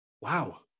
wow